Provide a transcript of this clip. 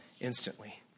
instantly